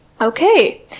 Okay